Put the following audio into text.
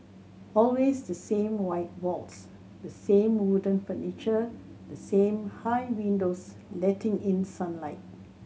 always the same white walls the same wooden furniture the same high windows letting in sunlight